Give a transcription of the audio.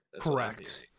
Correct